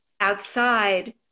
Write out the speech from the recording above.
outside